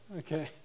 okay